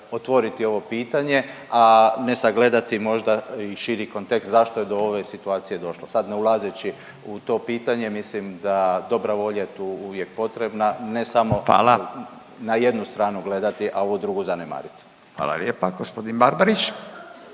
otvoriti ovo pitanje, a ne sagledati možda i širi kontekst zašto je do ove situacije došlo sad ne ulazeći u to pitanje mislim da dobra volja je tu uvijek potrebna ne samo…/Upadica Radin: Hvala./…na jednu stranu gledati, a ovu drugu zanemariti. **Radin, Furio